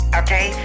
okay